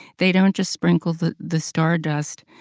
they don't just sprinkle the the star dust